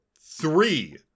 three